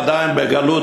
עדיין בגלות,